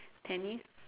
tennis